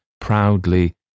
proudly